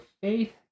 faith